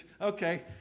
Okay